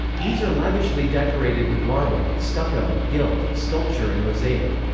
these are lavishly decorated with marble, stucco, gilt, sculpture and mosaic.